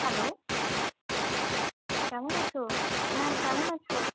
hello কেমন আছো হ্যাঁ কেমন আছো